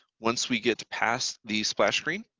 once we get to pass the splash screen,